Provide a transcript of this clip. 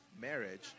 marriage